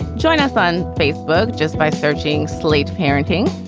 join us on facebook just by searching slate's parenting.